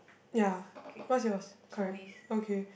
ya what's yours correct okay